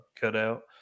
cutout